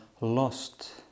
lost